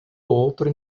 outro